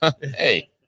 Hey